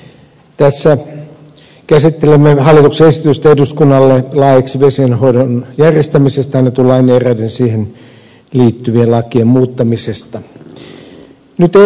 tässä käsittelemme hallituksen esitystä eduskunnalle laeiksi vesienhoidon järjestämisestä annetun lain ja eräiden siihen liittyvien lakien muuttamisesta